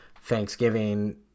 Thanksgiving